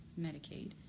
Medicaid